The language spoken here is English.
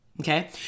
Okay